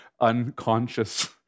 unconscious